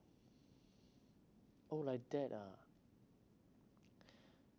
oh like that ah